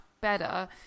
better